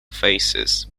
faces